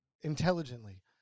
Intelligently